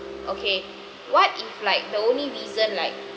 okay what if like the only reason like